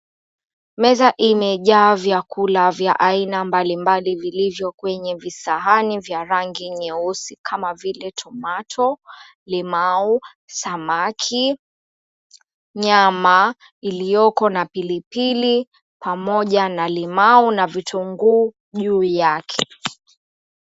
Meza imejaa vyakula vya aina mbalimbali vilivyo kwenye visahani vya rangi nyeusi kama vile tomato limau, samaki, nyama iliyoko na pilipili pamoja na limau na vitunguu juu yake.